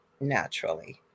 naturally